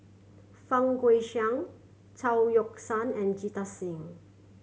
Fang Guixiang Chao Yoke San and Jita Singh